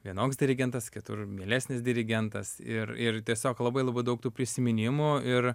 vienoks dirigentas kitur mielesnis dirigentas ir ir tiesiog labai labai daug tų prisiminimų ir